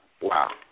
Wow